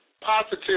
positive